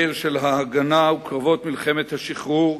מאיר של "ההגנה" וקרבות מלחמת השחרור,